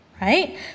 right